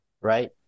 right